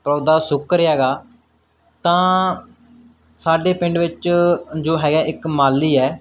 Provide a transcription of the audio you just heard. ਪੌਦਾ ਸੁੱਕ ਰਿਹਾ ਗਾ ਤਾਂ ਸਾਡੇ ਪਿੰਡ ਵਿੱਚ ਜੋ ਹੈਗਾ ਇੱਕ ਮਾਲੀ ਹੈ